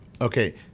Okay